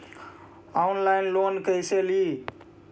Online loan कैसे ली?